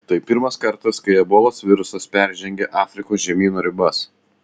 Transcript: tai pirmas kartas kai ebolos virusas peržengė afrikos žemyno ribas